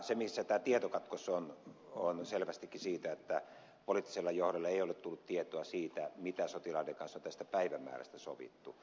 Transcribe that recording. tämä tietokatkos on selvästikin siinä että poliittiselle johdolle ei ole tullut tietoa siitä mitä sotilaiden kanssa tästä päivämäärästä on sovittu